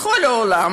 בכל העולם,